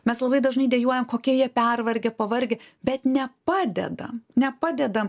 mes labai dažnai dejuojam kokie jie pervargę pavargę bet nepadedam nepadedam